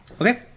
Okay